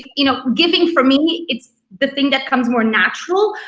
you know giving for me it's the thing that comes more natural.